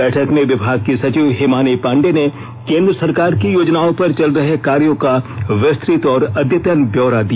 बैठक में विभाग की सचिव हिमानी पांडे ने केंद्र सरकार की योजनाओं पर चल रहे कार्यों का विस्तृत और अद्यतन ब्यौरा दिया